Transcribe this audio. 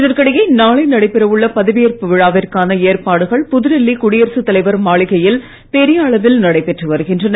இதற்கிடையே நாளை நடைபெறவுள்ள பதவியேற்பு விழாவிற்கான ஏற்பாடுகள் புதுடெல்லி குடியரசுத் தலைவர் மாளிகையில் பெரிய அளவில் நடைபெற்று வருகின்றன